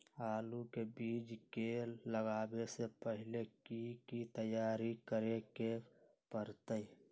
आलू के बीज के लगाबे से पहिले की की तैयारी करे के परतई?